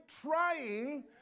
trying